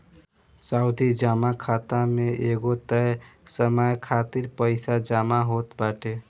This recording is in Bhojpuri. सावधि जमा खाता में एगो तय समय खातिर पईसा जमा होत बाटे